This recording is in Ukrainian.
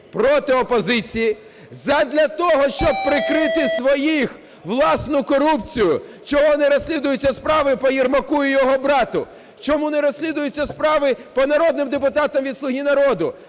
проти опозиції, задля того, щоб прикрити своїх, власну корупцію. Чого не розслідуються справи по Єрмаку і його брату? Чому не розслідуються справи по народним депутатам від "Слуги народу"?